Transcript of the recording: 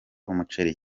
umuceri